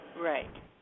Right